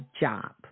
job